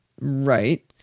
Right